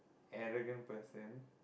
arrogant person